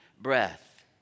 breath